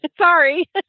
Sorry